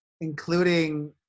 including